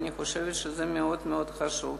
אני חושבת שזה מאוד מאוד חשוב.